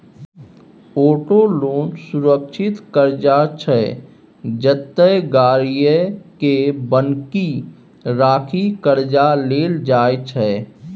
auto loan सुरक्षित करजा छै जतय गाड़ीए केँ बन्हकी राखि करजा लेल जाइ छै